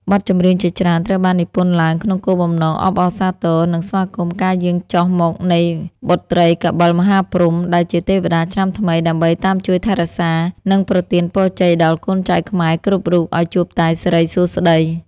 បទចម្រៀងជាច្រើនត្រូវបាននិពន្ធឡើងក្នុងគោលបំណងអបអរសាទរ និងស្វាគមន៍ការយាងចុះមកនៃបុត្រីកបិលមហាព្រហ្ម ដែលជាទេវតាឆ្នាំថ្មីដើម្បីតាមជួយថែរក្សា និងប្រទានពរជ័យដល់កូនចៅខ្មែរគ្រប់រូបឱ្យជួបតែសិរីសួស្ដី។